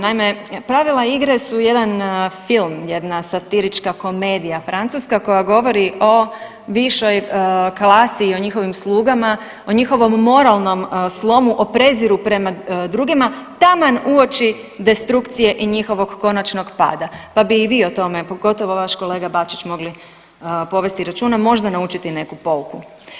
Naime, pravila igre su jedan film, jedna satirička komedija Francuska koja govori o višoj klasi i o njihovim slugama, o njihovom moralnom slomu, o preziru prema drugima taman uoči destrukcije i njihovog konačnog pada, pa bi i vi o tome pogotovo vaš kolega Bačić mogli povesti računa, možda naučiti neku pouku.